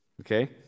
Okay